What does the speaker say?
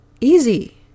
easy